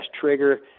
trigger